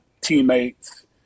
teammates